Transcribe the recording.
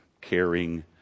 caring